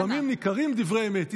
לפעמים ניכרים דברי אמת.